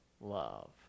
love